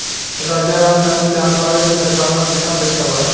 राजाराम जानल चाहत बड़े की उनका खाता में कितना पैसा बा?